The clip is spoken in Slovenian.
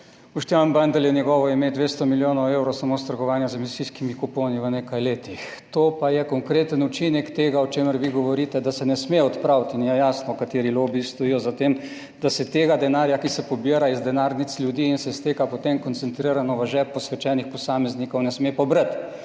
Boštjan Bandelj je njegovo ime, 200 milijonov evrov samo iz trgovanja z emisijskimi kuponi v nekaj letih. To pa je konkreten učinek tega, o čemer vi govorite, da se ne sme odpraviti. In je jasno, kateri lobiji stojijo za tem, da se tega denarja, ki se pobira iz denarnic ljudi in se steka potem koncentrirano v žep posvečenih posameznikov, ne sme pobrati.